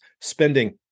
spending